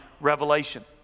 revelation